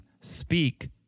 speak